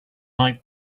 like